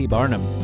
Barnum